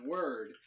Word